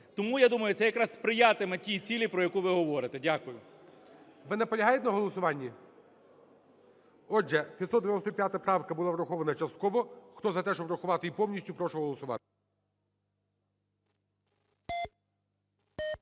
Тому, я думаю, це якраз сприятиме тій цілі, про яку ви говорите. Дякую. ГОЛОВУЮЧИЙ. Ви наполягаєте на голосуванні? Отже, 595 правка була врахована частково. Хто за те, щоб врахувати її повністю, прошу голосувати.